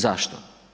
Zašto?